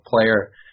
player